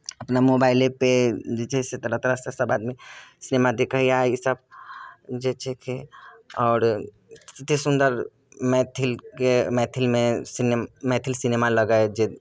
अपना मोबाइलेपर जे छै से तरह तरहसँ सभ आदमी सिनेमा देखैए ईसभ जे छै से आओर एतेक सुन्दर मैथिलके मैथिलमे सिने मैथिल सिनेमा लगय जे